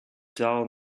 down